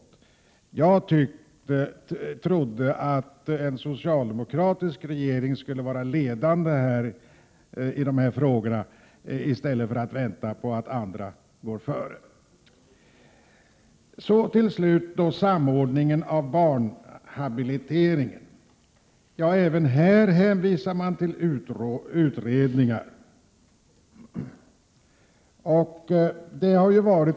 Jag trodde att en socialdemokratisk regering skulle vara ledande i dessa frågor och inte vänta på att andra går före. Så till slut samordningen av barnhabiliteringen. Även i det fallet hänvisar utskottsmajoriteten till utredningar.